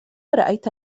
رأيت